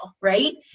right